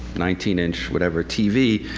nineteen inch, whatever, tv,